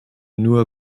nur